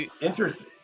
Interesting